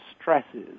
stresses